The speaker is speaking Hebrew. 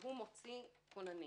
והוא מוציא כוננים.